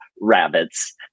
rabbits